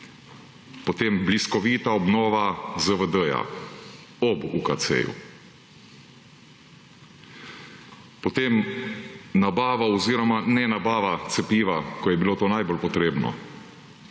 Potem bliskovita obnova ZVD-ja ob UKC-ju. Potem nabava oziroma ne-nabava cepiva, ko je bilo to najbolj potrebno.